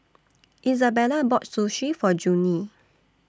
Isabella bought Sushi For Junie